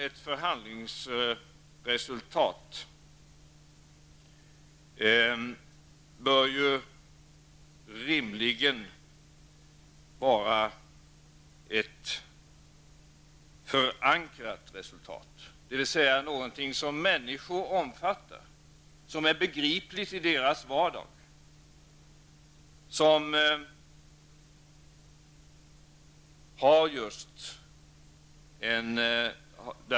Ett förhandlingsresultat bör rimligen vara förankrat. Det skall vara ett resultat som människor omfattar, som är begripligt i deras vardag.